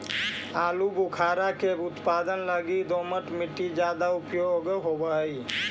आलूबुखारा के उत्पादन लगी दोमट मट्टी ज्यादा उपयोग होवऽ हई